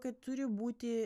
kad turi būti